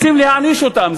רוצים להעניש אותן,